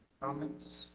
Comments